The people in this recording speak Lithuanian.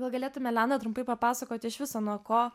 gal galėtum elena trumpai papasakot iš viso nuo ko